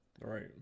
Right